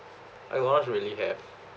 everyone's really have